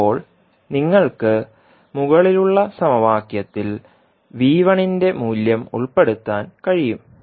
ഇപ്പോൾ നിങ്ങൾക്ക് മുകളിലുള്ള സമവാക്യത്തിൽ ന്റെ മൂല്യം ഉൾപ്പെടുത്താൻ കഴിയും